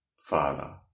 Father